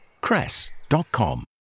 cress.com